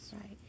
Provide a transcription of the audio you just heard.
Right